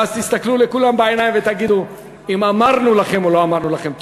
ואז תסתכלו לכולם בעיניים ותגידו אם אמרנו לכם או לא אמרנו לכם.